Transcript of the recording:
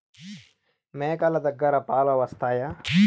మేక లు దగ్గర పాలు వస్తాయా?